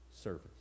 service